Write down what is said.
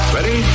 Ready